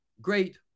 great